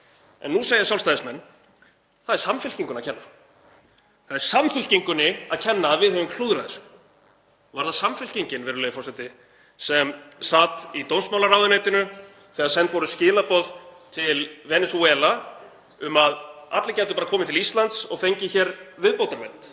Nú segja Sjálfstæðismenn: Það er Samfylkingunni að kenna. Það er Samfylkingunni að kenna að við höfum klúðrað þessu. Var það Samfylkingin, virðulegi forseti, sem sat í dómsmálaráðuneytinu þegar send voru skilaboð til Venesúela um að allir gætu bara komið til Íslands og fengið hér viðbótarvernd?